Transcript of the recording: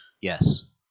Yes